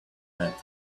that